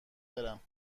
برم